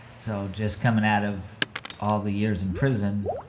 so just coming out of all the years in prison,